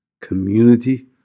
community